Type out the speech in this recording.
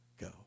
go